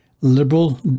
liberal